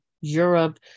Europe